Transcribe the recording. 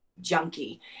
junkie